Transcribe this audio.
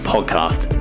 podcast